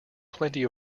plenty